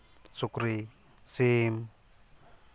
ᱥᱩᱠᱨᱤ ᱥᱤᱢ